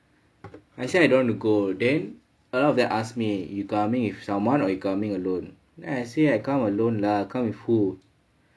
I said I don't want to go then a lot of them ask me you coming with someone or you coming alone then I say I come alone lah come with who